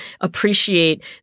appreciate